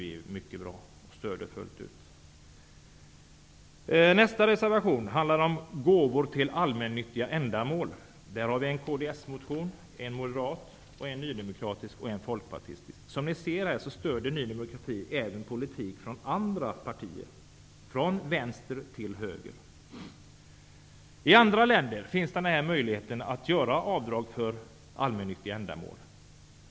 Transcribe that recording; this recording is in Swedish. Vi stöder den fullt ut. Nästa reservation handlar om gåvor till allmännyttiga ändamål. Där har vi en kds-motion, en moderatmotion, en nydemokratisk och en folkpartistisk motion. Som ni ser stöder Ny demokrati förslag även från andra partier, från vänster till höger. I andra länder finns möjlighet att göra avdrag för gåvor till allmännyttiga ändamål.